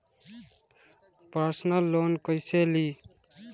Personal loan कैसे ली?